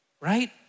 right